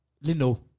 Lino